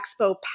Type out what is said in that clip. expo